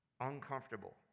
uncomfortable